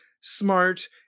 smart